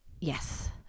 Yes